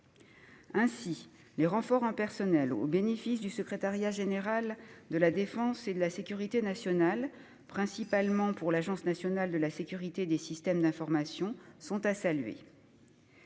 Ainsi, les renforts en personnel au bénéfice du secrétariat général de la défense et de la sécurité nationale, et principalement pour l'Agence nationale de la sécurité des systèmes d'information, sont à saluer.